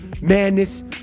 Madness